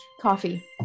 coffee